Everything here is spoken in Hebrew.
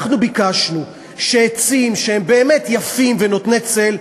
אנחנו ביקשנו שעצים שהם באמת יפים ונותני צל,